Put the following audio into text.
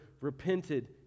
repented